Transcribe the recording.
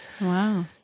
wow